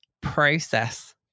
process